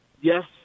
Yes